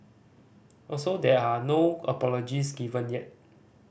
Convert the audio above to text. also there are no apologies given yet